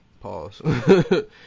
pause